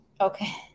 Okay